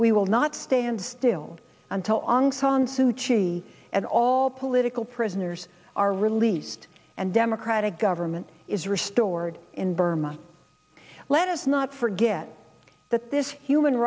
we will not stand still until aung san suu kyi and all political prisoners are released and democratic government is restored in burma let us not forget that this human